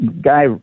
guy